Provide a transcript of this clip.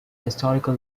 historical